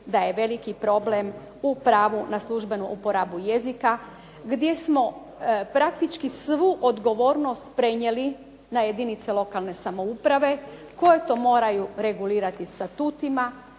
da je veliki problem u pravu na službeni uporabu jezika gdje smo praktički svu odgovornost prenijeli na jedinice lokalne samouprave koje to moraju regulirati statutima.